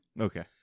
Okay